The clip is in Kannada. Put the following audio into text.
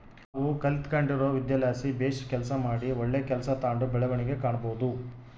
ನಾವು ಕಲಿತ್ಗಂಡಿರೊ ವಿದ್ಯೆಲಾಸಿ ಬೇಸು ಕೆಲಸ ಮಾಡಿ ಒಳ್ಳೆ ಕೆಲ್ಸ ತಾಂಡು ಬೆಳವಣಿಗೆ ಕಾಣಬೋದು